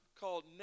called